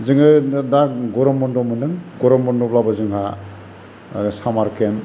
जोङो दा गरम बन्द मोन्दों गरम बन्दब्लाबो जोंहा सामार केम्प